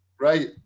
right